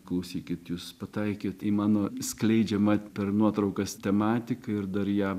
klausykit jūs pataikėt į mano skleidžiamą per nuotraukas tematiką ir dar ją